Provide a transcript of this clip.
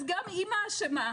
אז אימא אשמה,